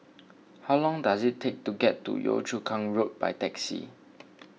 how long does it take to get to Yio Chu Kang Road by taxi